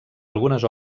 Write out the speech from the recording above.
algunes